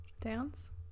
dance